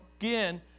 again